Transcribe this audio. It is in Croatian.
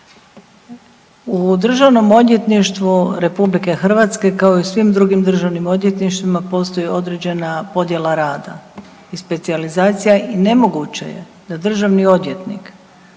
**Hrvoj-Šipek, Zlata** U DORH-u kao i u svim drugim državnim odvjetništvima postoji određena podjela rada i specijalizacija i nemoguće je da državni odvjetnik,